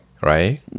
right